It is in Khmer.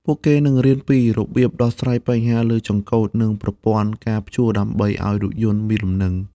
ពួកគេនឹងរៀនពីរបៀបដោះស្រាយបញ្ហាលើចង្កូតនិងប្រព័ន្ធការព្យួរដើម្បីឱ្យរថយន្តមានលំនឹង។